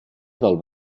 del